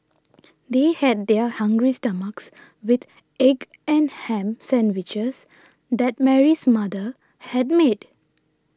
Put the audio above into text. they head their hungry stomachs with egg and ham sandwiches that Mary's mother had made